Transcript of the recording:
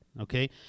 okay